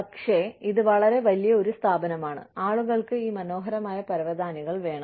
പക്ഷേ ഇത് വളരെ വലിയ ഒരു സ്ഥാപനമാണ് ആളുകൾക്ക് ഈ മനോഹരമായ പരവതാനികൾ വേണം